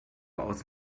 aus